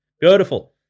Beautiful